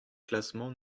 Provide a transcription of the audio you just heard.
classements